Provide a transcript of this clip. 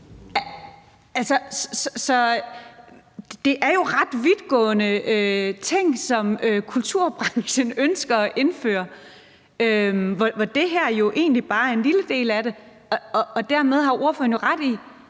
Det er jo ret vidtgående ting, som kulturbranchen ønsker at indføre, og hvor det her jo egentlig bare er en lille del af det, og dermed har ordføreren jo ret i,